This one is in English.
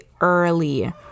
early